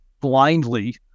blindly